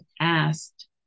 asked